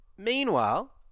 Meanwhile